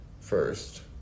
first